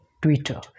Twitter